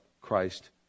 Christ